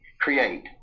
create